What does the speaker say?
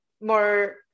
more